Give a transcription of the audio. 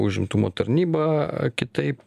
užimtumo tarnyba kitaip